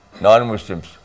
non-Muslims